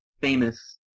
famous